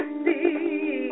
see